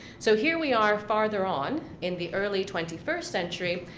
so here we are farther on in the early twenty first century,